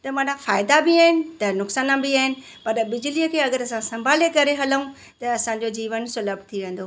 त माना फ़ाइदा बि आहिनि त नुक़सान बि आहिनि पर बिजलीअ खे अगरि असां संभाले करे हलऊं त असांजो जीवन सुलभ थी वेंदो